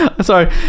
Sorry